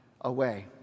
away